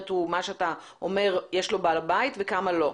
הוא מה שאתה אומר שיש לו בעל בית וכמה לא?